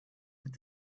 that